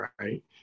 right